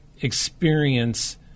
experience